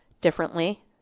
differently